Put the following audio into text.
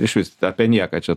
išvis apie nieką čia